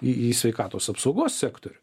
į į sveikatos apsaugos sektorių